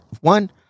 One